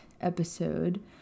episode